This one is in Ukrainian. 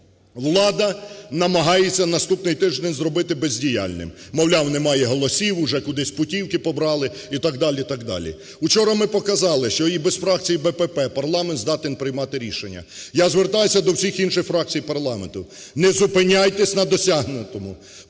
Влада намагається наступний тиждень зробити бездіяльним, мовляв, немає голосів, уже кудись путівкипобрали і так далі, так далі. Вчора ми показали, що і без фракції БПП парламент здатен приймати рішення. Я звертаюсь до всіх інших фракції парламенту, не зупиняйтеся на досягнутому,